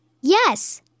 Yes